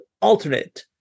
alternate